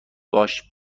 باهاش